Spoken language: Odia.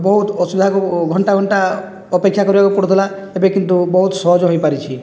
ବହୁତ ଅସୁବିଧାକୁ ଘଣ୍ଟା ଘଣ୍ଟା ଅପେକ୍ଷା କରିବାକୁ ପଡ଼ୁଥିଲା ଏବେ କିନ୍ତୁ ବହୁତ ସହଜ ହୋଇପାରିଛି